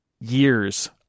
years